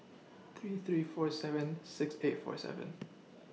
three three four seven six eight four seven